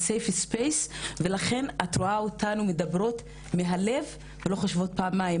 המקום הבטוח ולכן את רואה אותנו מדברות מהלב ולא חושבות פעמיים,